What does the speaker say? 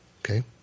Okay